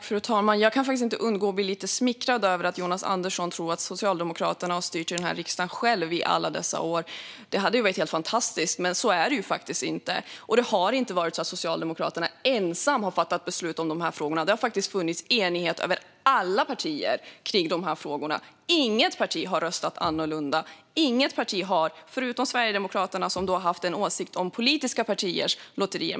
Fru talman! Jag kan inte undgå att bli lite smickrad av att Jonas Andersson tror att Socialdemokraterna har styrt i riksdagen själva i alla dessa år. Det hade varit helt fantastiskt, men så är det faktiskt inte. Det har inte varit så att Socialdemokraterna ensamt har fattat beslut om de här frågorna. Det har funnits enighet över alla partier om detta. Inget parti har röstat annorlunda. Inget parti har gjort det, förutom Sverigedemokraterna som har haft en åsikt om politiska partiers lotterier.